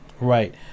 Right